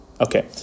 Okay